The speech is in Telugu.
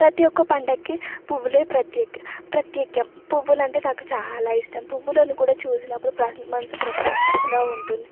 ప్రతి ఒక్క పండక్కి పువ్వులే ప్రత్యేకం ప్రత్యేకం పువ్వులంటే నాకు చాలా ఇష్టం పువ్వులను కూడా చూసినప్పుడు మనసు ప్రశాంతంగా ఉంటుంది